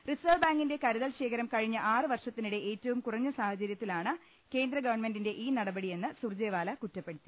reserve ബാങ്കിന്റെ കരുതൽ ശേഖരം കഴിഞ്ഞ ആറുവർഷത്തിനിടെ ഏറ്റവും കുറഞ്ഞ സാഹ ചരൃത്തിലാണ് കേന്ദ്രഗവൺമെന്റിന്റെ ഈ നടപടിയെന്ന് സുർജ്ജെ വാല കുറ്റപ്പെടുത്തി